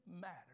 matters